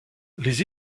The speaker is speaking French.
les